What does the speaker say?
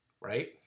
right